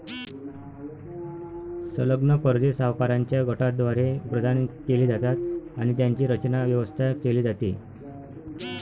संलग्न कर्जे सावकारांच्या गटाद्वारे प्रदान केली जातात आणि त्यांची रचना, व्यवस्था केली जाते